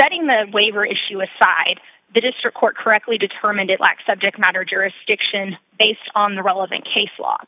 setting the waiver issue aside the district court correctly determined it like subject matter jurisdiction based on the relevant case law